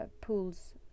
pool's